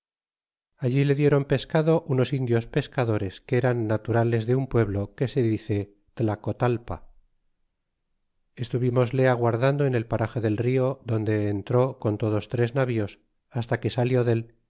allí le dieron pescado unos indios pescadores que eran naturales de un pueblo que se dice tlacotalpa estuvimosle aguardando en el parage del rio donde entró con todos tres navíos hasta que salió dél